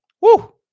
Woo